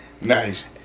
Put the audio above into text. Nice